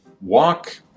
walk